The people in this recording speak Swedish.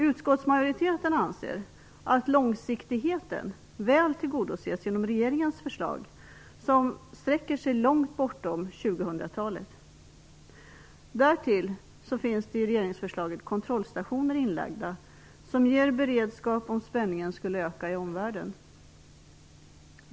Utskottsmajoriteten anser att långsiktigheten väl tillgodoses genom regeringens förslag som sträcker sig långt bortom 2000-talet. Därtill finns det i regeringsförslaget kontrollstationer inlagda som ger beredskap om spänningen i omvärlden skulle öka.